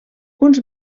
uns